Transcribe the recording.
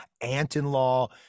aunt-in-law